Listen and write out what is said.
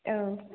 औ